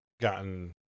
gotten